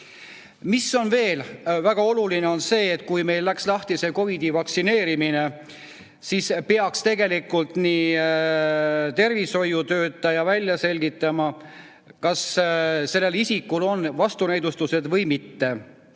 Mis on veel väga oluline? See, et kui meil läks lahti see COVID-i vastu vaktsineerimine, siis peaks tegelikult tervishoiutöötaja välja selgitama, kas isikul on vastunäidustused või mitte,